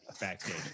backstage